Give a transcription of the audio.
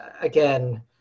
again